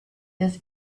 this